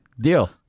deal